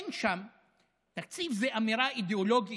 תקציב זו אמירה אידיאולוגית,